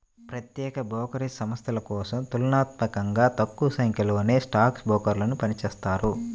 ప్రత్యేక బ్రోకరేజ్ సంస్థల కోసం తులనాత్మకంగా తక్కువసంఖ్యలో స్టాక్ బ్రోకర్లు పనిచేత్తారు